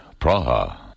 Praha